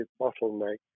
bottleneck